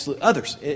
others